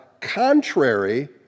contrary